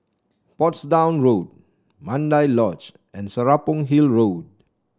Portsdown Road Mandai Lodge and Serapong Hill Road